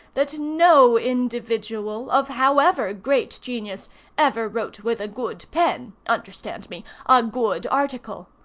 that no individual, of however great genius ever wrote with a good pen understand me a good article.